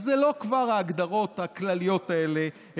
אלה כבר לא ההגדרות הכלליות האלה,